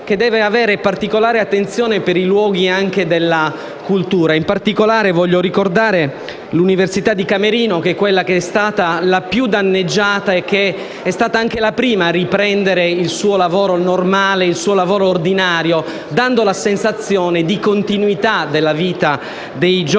- deve avere particolare attenzione nei confronti dei luoghi della cultura. In particolare, voglio ricordare l'università di Camerino che è stata la più danneggiata ed è stata anche la prima a riprendere il suo lavoro ordinario, dando la sensazione di continuità della vita dei giovani